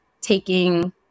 taking